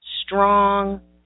strong